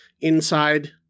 Inside